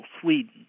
sweden